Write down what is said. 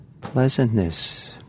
pleasantness